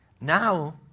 now